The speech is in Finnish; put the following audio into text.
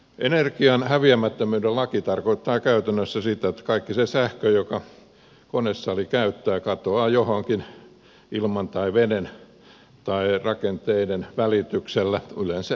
energian häviämättömyyden laki tarkoittaa käytännössä sitä että kaikki se sähkö jonka konesali käyttää katoaa johonkin ilman tai veden tai rakenteiden välityksellä yleensä ympäristöön